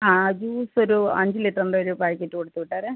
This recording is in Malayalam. ആ ജ്യൂസൊരു അഞ്ച് ലിറ്ററിന്റെയൊരു പായ്ക്കറ്റ് കൊടുത്ത് വിട്ടേരേ